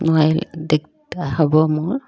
নোৱাৰিলে দিগদাৰ হ'ব মোৰ